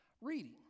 reading